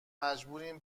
مجبوریم